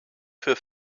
für